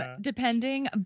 depending